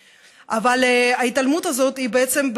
ההתעלמות הזאת בעצם,